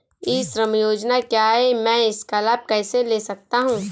ई श्रम योजना क्या है मैं इसका लाभ कैसे ले सकता हूँ?